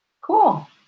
Cool